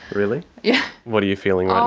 really? yeah what are you feeling um